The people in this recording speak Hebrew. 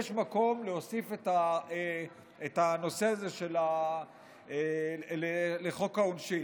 יש מקום להוסיף את הנושא הזה לחוק העונשין.